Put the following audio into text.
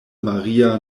maria